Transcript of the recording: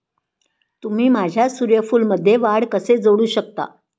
तुम्ही माझ्या सूर्यफूलमध्ये वाढ कसे जोडू शकता?